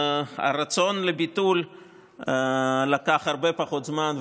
הרצון לביטול לקח הרבה פחות זמן,